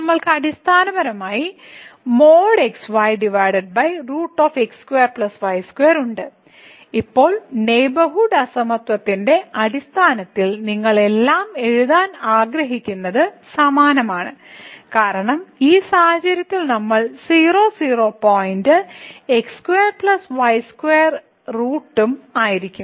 നമ്മൾക്ക് അടിസ്ഥാനപരമായി ഉണ്ട് ഇപ്പോൾ നെയ്ബർഹുഡ് അസമത്വത്തിന്റെ അടിസ്ഥാനത്തിൽ നിങ്ങൾ എല്ലാം എഴുതാൻ ആഗ്രഹിക്കുന്നതും സമാനമാണ് കാരണം ഈ സാഹചര്യത്തിൽ നമ്മൾ 00 point x square plus y സ്ക്വയറും സ്ക്വയർ റൂട്ടും ആയിരിക്കും